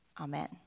Amen